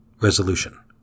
Resolution